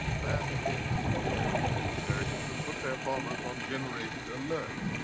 that is scary. said the americans and put their bombers on generated alert.